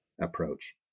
approach